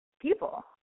people